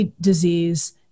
disease